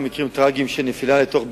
מקרים טרגיים של נפילה לתוך בורות,